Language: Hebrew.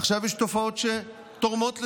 עכשיו, יש תופעות שתורמות לזה.